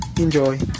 Enjoy